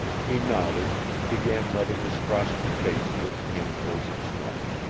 he nodded, and began rubbing his frosted face with handfuls of snow.